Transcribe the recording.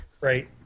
Right